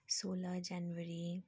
सोह्र जनवरी